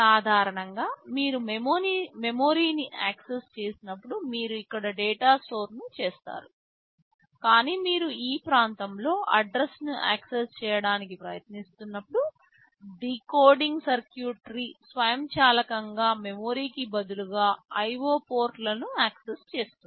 సాధారణంగా మీరు మెమరీని యాక్సెస్ చేసినప్పుడు మీరు ఇక్కడ డేటాను స్టోర్ చేస్తారు కానీ మీరు ఈ ప్రాంతంలో అడ్రస్ ను యాక్సెస్ చేయడానికి ప్రయత్నిస్తున్నప్పుడు డీకోడింగ్ సర్క్యూట్రీ స్వయంచాలకంగా మెమరీకి బదులుగా IO పోర్ట్లను యాక్సెస్ చేస్తుంది